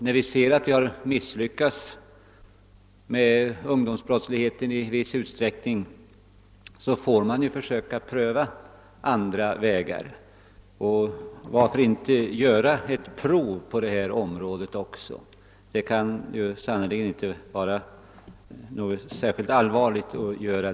När vi ser att vi i viss utsträckning har misslyckats i arbetet med ungdomsbrottsligheten får vi ju försöka gå andra vägar. Varför inte göra ett prov också på detta område? Det kan sannerligen inte vara någon särskilt all varlig åtgärd.